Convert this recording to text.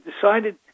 decided